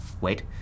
wait